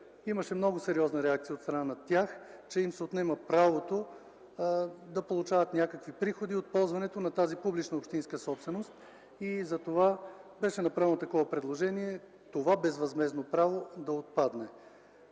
Имаше много сериозна реакция от тяхна страна, че им се отнема правото да получават някакви приходи от ползването на тази публична общинска собственост. Затова беше направено предложение това безвъзмездно право да отпадне.